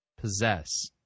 possess